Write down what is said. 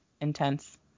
intense